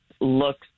looks